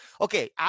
okay